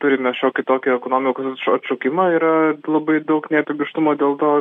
turime šiokį tokį ekonomikos at atšokimą ir labai daug neapibrėžtumo dėl to